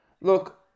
Look